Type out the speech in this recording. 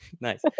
nice